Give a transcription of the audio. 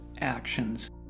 actions